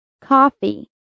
Coffee